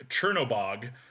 Chernobog